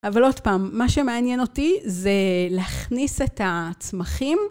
אבל עוד פעם, מה שמעניין אותי זה להכניס את הצמחים.